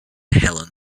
helen